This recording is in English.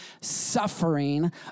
suffering